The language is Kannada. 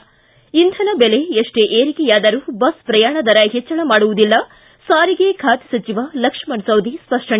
ಿ ಇಂಧನ ದೆಲೆ ಎಷ್ಟೇ ಏರಿಕೆಯಾದರೂ ಬಸ್ ಶ್ರಯಾಣ ದರ ಹೆಚ್ಚಳ ಮಾಡುವುದಿಲ್ಲ ಸಾರಿಗೆ ಖಾತೆ ಸಚಿವ ಲಕ್ಷಣ ಸವದಿ ಸ್ಪಷ್ಟನೆ